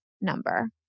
number